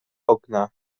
okna